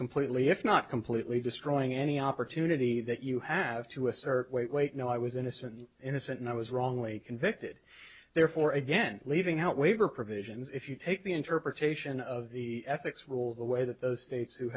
completely if not completely destroying any opportunity that you have to assert wait wait no i was innocent and innocent and i was wrongly convicted therefore again leaving out labor provisions if you take the interpretation of the ethics rules the way that those states who